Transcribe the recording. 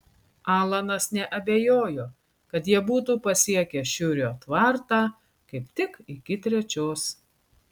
alanas neabejojo kad jie būtų pasiekę šiurio tvartą kaip tik iki trečios